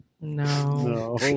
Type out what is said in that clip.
No